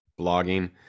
blogging